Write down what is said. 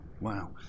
wow